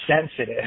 sensitive